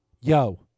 Yo